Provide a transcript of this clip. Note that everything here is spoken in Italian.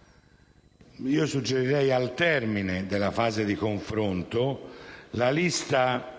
confronto in atto con gli enti locali, la lista